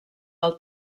del